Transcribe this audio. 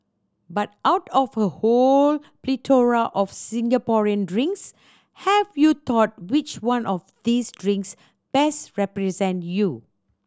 but out of a whole plethora of Singaporean drinks have you thought which one of these drinks best represent you